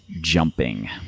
jumping